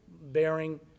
bearing